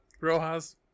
Rojas